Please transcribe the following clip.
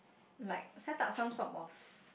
like set up some sort of